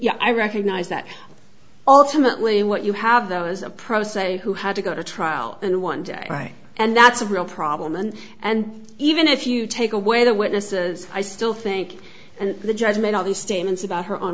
know i recognize that ultimately what you have though is a pro se who had to go to trial in one day right and that's a real problem and and even if you take away the witnesses i still think and the judge made all these statements about her own